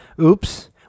Oops